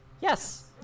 Yes